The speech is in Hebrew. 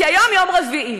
כי היום יום רביעי.